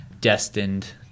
destined